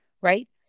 right